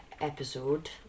episode